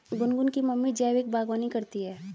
गुनगुन की मम्मी जैविक बागवानी करती है